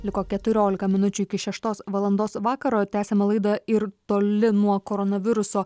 liko keturiolika minučių iki šeštos valandos vakaro tęsiame laida ir toli nuo koronaviruso